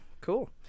cool